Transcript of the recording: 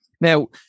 now